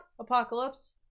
Apocalypse